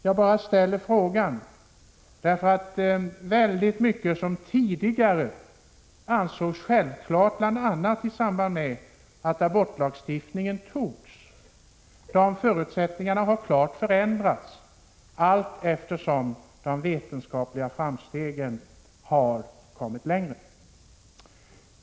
Jag bara ställer frågan, eftersom många förutsättningar som tidigare ansågs självklara bl.a. i samband med att abortlagstiftningen antogs har klart förändrats allteftersom vetenskapen gått framåt.